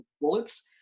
bullets